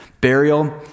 burial